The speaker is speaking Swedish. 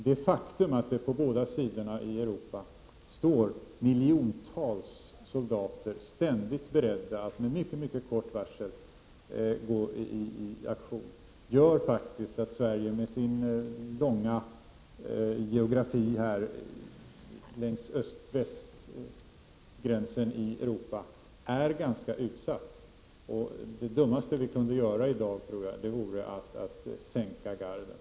Det faktum att det på båda sidorna i Europa står miljontals soldater ständigt beredda att med mycket kort varsel gå till aktion gör att Sverige med sin långa geografiska sträckning längs öst-västgränsen i Europa är ganska utsatt. Det dummaste vi kunde göra i dag tror jag vore att sänka garden.